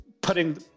putting